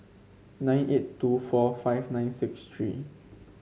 nine eight two four five nine six three